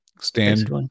Stand